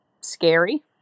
scary